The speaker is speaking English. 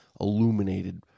illuminated